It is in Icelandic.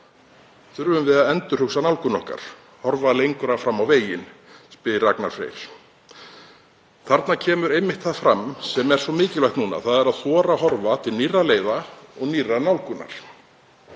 Þurfum við að endurhugsa nálgun okkar? Horfa lengra fram á veginn? Þannig spyr Ragnar Freyr. Þarna kemur það fram sem er svo mikilvægt núna, þ.e. að þora að horfa til nýrra leiða og nýrrar nálgunar.